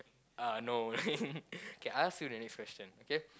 uh no K I ask you the next question K